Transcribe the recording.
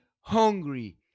hungry